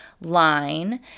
line